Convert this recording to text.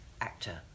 actor